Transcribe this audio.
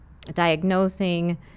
diagnosing